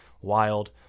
wild